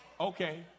Okay